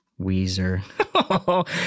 Weezer